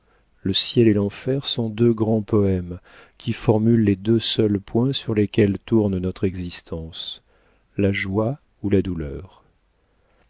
le ciel et l'enfer sont deux grands poèmes qui formulent les deux seuls points sur lesquels tourne notre existence la joie ou la douleur